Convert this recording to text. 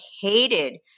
hated